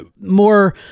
more